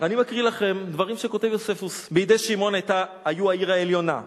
אני מקריא לכם דברים שכותב יוספוס: "בידי שמעון היו העיר העליונה,